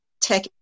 tech